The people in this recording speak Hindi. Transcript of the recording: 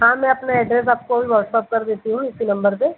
हाँ मैं अपना एड्रेस आपको अभी वाॅट्सअप कर देती हूँ इसी नंबर पर